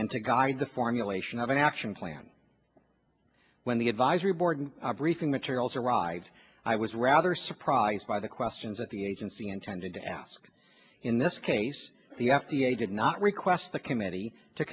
and to guide the formulation of an action plan when the advisory board briefing materials arrives i was rather surprised by the questions that the agency intended to ask in this case the f d a did not request the committee to